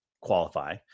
qualify